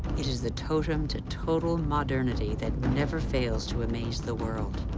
it is the totem to total modernity that never fails to amaze the world.